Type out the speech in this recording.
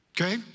Okay